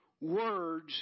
words